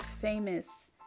famous